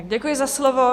Děkuji za slovo.